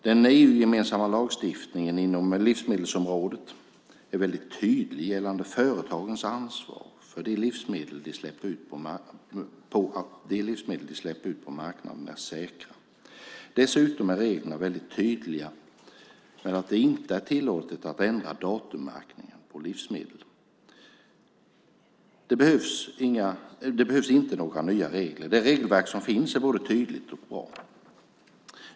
Den EU-gemensamma lagstiftningen inom livsmedelsområdet är väldigt tydlig gällande företagens ansvar för att de livsmedel de släpper ut på marknaden är säkra. Dessutom är reglerna väldigt tydliga med att det inte är tillåtet att ändra datummärkningen på livsmedel. Det behövs inte några nya regler. Det regelverk som finns är både tydligt och bra.